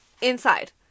inside